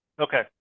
Okay